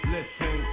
Listen